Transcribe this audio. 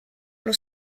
allo